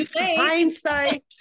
hindsight